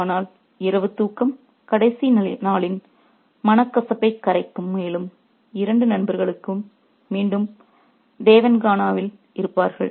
ஆனால் இரவு தூக்கம் கடைசி நாளின் மனக்கசப்பைக் கரைக்கும் மேலும் இரண்டு நண்பர்களும் மீண்டும் தேவன்கானாவில் இருப்பார்கள்